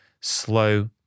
slow